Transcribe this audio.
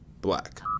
Black